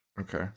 Okay